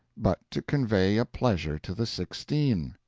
but to convey a pleasure to the sixteen.